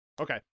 Okay